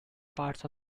parts